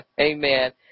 Amen